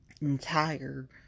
Entire